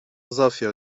zofio